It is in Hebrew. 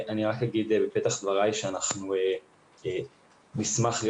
אני אומר בפתח דבריי שאנחנו נשמח להיות